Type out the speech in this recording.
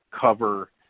cover